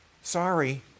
Sorry